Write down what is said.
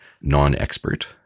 non-expert